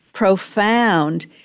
profound